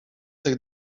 tych